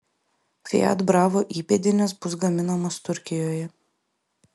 fiat bravo įpėdinis bus gaminamas turkijoje